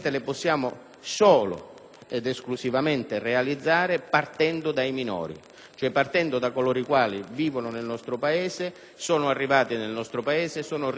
ed esclusivamente partendo dai minori, cioè partendo da coloro i quali vivono nel nostro Paese, sono arrivati nel nostro Paese, sono ricongiunti nel nostro Paese